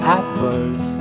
apples